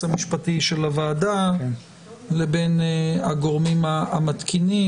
המשפטי של הוועדה לבין הגורמים המתקינים,